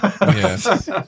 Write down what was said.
Yes